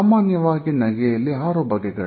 ಸಾಮಾನ್ಯವಾಗಿ ನಗೆಯಲ್ಲಿ 6 ಬಗೆಗಳು